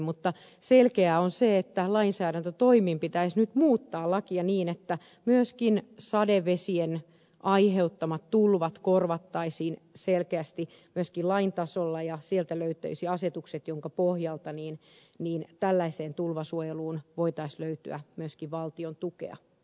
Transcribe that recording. mutta selkeää on se että lainsäädäntötoimin pitäisi nyt muuttaa lakia niin että myöskin sadevesien aiheuttamat tulvat korvattaisiin selkeästi myöskin lain tasolla ja sieltä löytyisi asetukset joiden pohjalta tällaiseen tulvasuojeluun voitaisiin löytää myöskin valtion tukea